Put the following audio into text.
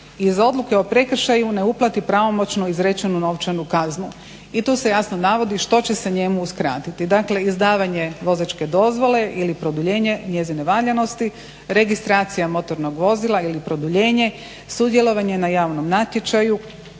iz Odluke o prekršaju ne uplati pravomoćno izrečenu novčanu kaznu i tu se jasno navodi što će se njemu uskratiti. Dakle, izdavanje vozačke dozvole ili produljenje njezine valjanosti, registracija motornog vozila ili produljenje, sudjelovanje na javnom natječaju